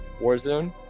Warzone